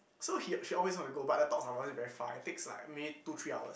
so he she always want to go but the talks are normally very far eh it takes like maybe two three hours